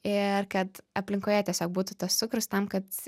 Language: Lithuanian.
ir kad aplinkoje tiesiog būtų tas cukrus tam kad